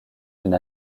une